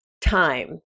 time